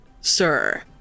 sir